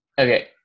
Okay